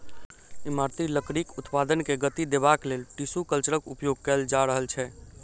इमारती लकड़ीक उत्पादन के गति देबाक लेल टिसू कल्चरक उपयोग कएल जा रहल छै